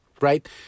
right